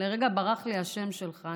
ברח לי לרגע השם שלך.